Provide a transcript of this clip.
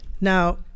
Now